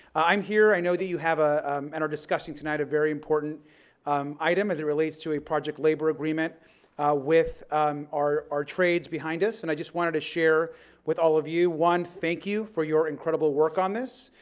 i'm here, i know that you have ah um and are discussing tonight a very important item as it relates to a project labor agreement with our our trades behind us, and i just wanted to share with all of you. one, thank you for your incredible work on this.